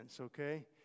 okay